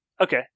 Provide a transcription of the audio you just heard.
Okay